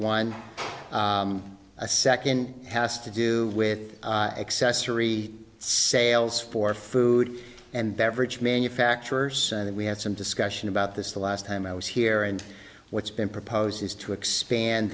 one second has to do with accessory sales for food and beverage manufacturers and we had some discussion about this the last time i was here what's been proposed is to expand